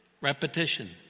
Repetition